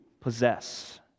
possess